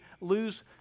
lose